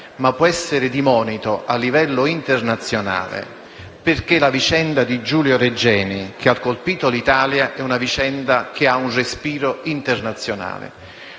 possa essere di monito a livello internazionale, perché la vicenda di Giulio Regeni che ha colpito l'Italia ha un respiro internazionale.